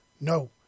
No